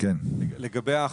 לגבי ההחמרות.